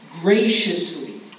graciously